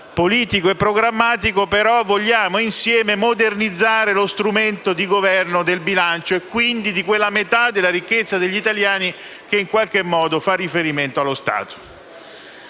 politico e problematico, vogliamo modernizzare insieme lo strumento di governo del bilancio e quindi di quella metà della ricchezza degli italiani che in qualche modo fa riferimento allo Stato.